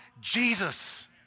Jesus